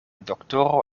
doktoro